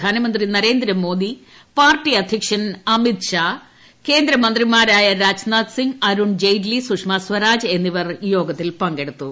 പ്രധാനമന്ത്രി നരേന്ദ്രമോദി പാർട്ടി അധ്യക്ഷൻ അമിത് ഷാ കേന്ദ്രമന്ത്രിമാരായ രാജ്നാഥ് സിംഗ് അരുൺ ജെയ്റ്റ്ലി സുഷമാ സ്വരാജ് എന്നിവർ യോഗത്തിൽ പങ്കെടുത്തു